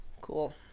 cool